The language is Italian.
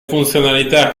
funzionalità